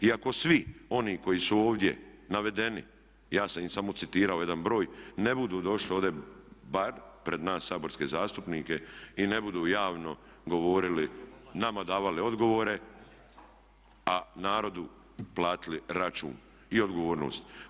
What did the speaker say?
I ako svi oni koji su ovdje navedeni, ja sam im samo citirao jedan broj ne budu došli ovdje bar pred nas saborske zastupnike i ne budu javno govorili, nama davali odgovore a narodu platili račun i odgovornost.